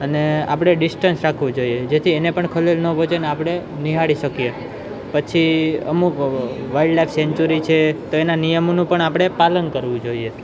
અને આપણે ડિસ્ટન્સ રાખવું જોઈએ જેથી એને પણ ખલેલ ન પહોંચેને આપણે નિહાળી શકીએ પછી અમુક વાઇલ્ડ લાઈફ સેન્ચુરી છે તો એના નિયમોનું પણ આપણે પાલન કરવું જોઈએ